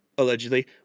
Allegedly